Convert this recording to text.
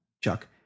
Chuck